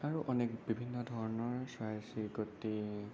আৰু অনেক বিভিন্ন ধৰণৰ চৰাই চিৰিকটি